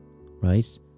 right